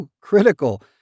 Critical